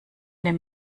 dem